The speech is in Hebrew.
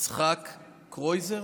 יצחק קרויזר?